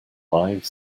five